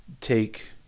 take